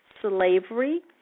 Slavery